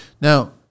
now